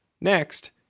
Next